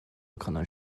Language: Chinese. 可能